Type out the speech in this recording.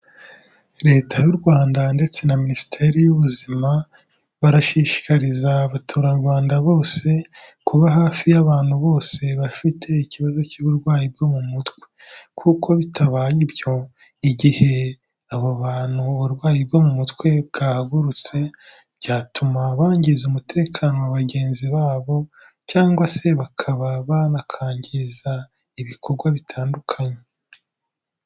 Leta y'u Rwanda ndetse na minisiteri y'ubuzima barashishikariza abaturarwanda bose kuba hafi y'abantu bose bafite ikibazo cy'uburwayi bwo mu mutwe, kuko bitabaye ibyo igihe abo bantu uburwayi bwo mu mutwe bwahagurutse, byatuma bangiza umutekano wa bagenzi babo cyangwa se bakaba banakwangiza ibikorwa bitandukanye.